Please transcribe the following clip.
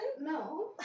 No